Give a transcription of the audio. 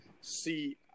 see